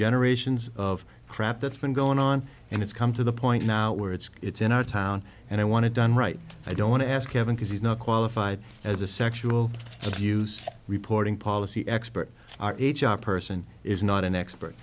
generations of crap that's been going on and it's come to the point now where it's it's in our town and i wanted done right i don't want to ask kevin because he's not qualified as a sexual abuse reporting policy expert person is not an expert